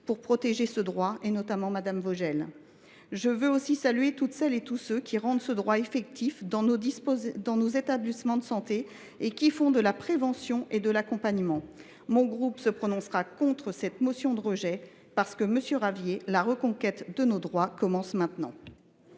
pour protéger ce droit. Je pense en particulier à Mme Vogel. Je veux aussi saluer toutes celles et tous ceux qui rendent ce droit effectif dans nos établissements de santé et font de la prévention et de l’accompagnement. Le groupe RDPI se prononcera contre cette motion. Monsieur Ravier, la reconquête de nos droits commence maintenant